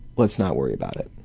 let's not worry about it.